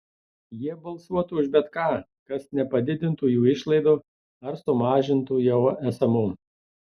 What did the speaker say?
jie balsuotų už bet ką kas nepadidintų jų išlaidų ar sumažintų jau esamų